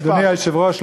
אדוני היושב-ראש,